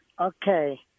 Okay